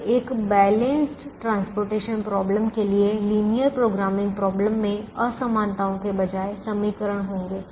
तो एक संतुलित परिवहन समस्या के लिए लिनियर प्रोग्रामिंग समस्या में असमानताओं के बजाय समीकरण होंगे